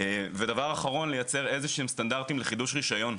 דבר אחרון, לייצר איזשהם סטנדרטים לחידוש רישיון.